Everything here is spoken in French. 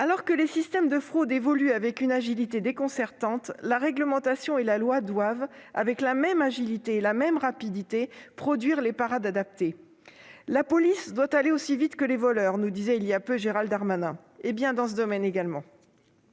Alors que les systèmes de fraude évoluent avec une agilité déconcertante, la réglementation et la loi doivent, avec la même agilité et la même rapidité, produire les parades adaptées. « La police doit aller aussi vite que les voleurs », nous disait il y a peu Gérald Darmanin. Eh bien, il doit en